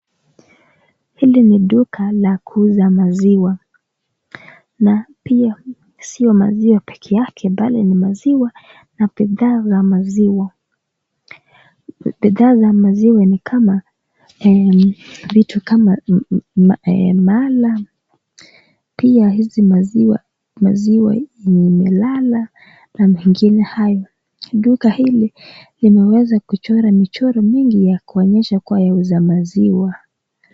Hili ni duka la kuuza maziwa , na pia sio maziwa peke yake bali ni maziwa na bidhaa ya maziwa, bidhaa ya maziwa ni vitu kama mala, pia hizi maziwa yenye imalala na mengine hayo, duka hili limeweza kuchorwa michoro mingi ya kuonyesha kuwa ni za maziwa.